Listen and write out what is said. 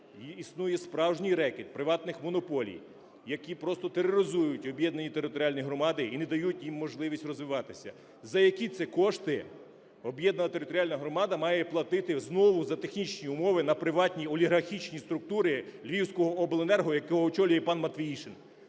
існує справжній рекет приватних монополій, які просто тероризують об'єднані територіальні громади і не дають їм можливість розвиватися. За які це кошти об'єднана територіальна громада має платити знову за технічні умови на приватній олігархічній структурі Львівського обленерго, яку очолює пан Матвіїшин.